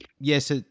Yes